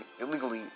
Illegally